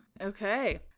Okay